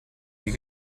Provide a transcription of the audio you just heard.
you